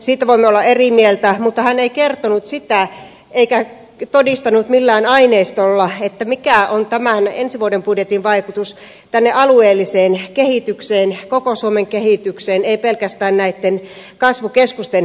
siitä voimme olla eri mieltä mutta hän ei kertonut sitä eikä todistanut millään aineistolla mikä on tämän ensi vuoden budjetin vaikutus tänne alueelliseen kehitykseen koko suomen kehitykseen ei pelkästään näitten kasvukeskusten kehitykseen